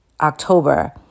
October